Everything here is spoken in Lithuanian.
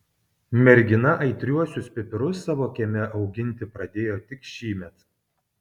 mergina aitriuosius pipirus savo kieme auginti pradėjo tik šįmet